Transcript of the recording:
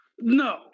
No